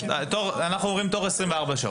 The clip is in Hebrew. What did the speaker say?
אנחנו אומרים תוך 24 שעות.